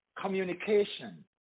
communication